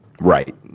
Right